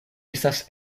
estas